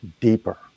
deeper